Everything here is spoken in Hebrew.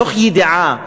מתוך ידיעה,